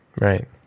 Right